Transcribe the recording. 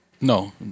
No